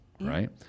right